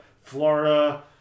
Florida